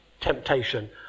temptation